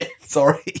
Sorry